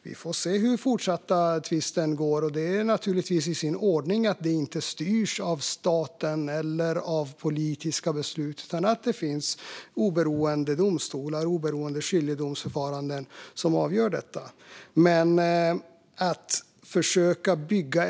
Vi får se hur tvisten fortsätter. Det är naturligtvis i sin ordning att det inte styrs av staten eller av politiska beslut, utan att oberoende domstolar och oberoende skiljedomsförfaranden avgör detta.